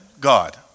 God